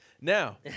Now